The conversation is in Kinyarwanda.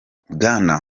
bwana